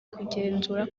kugenzura